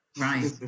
right